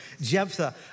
Jephthah